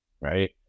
right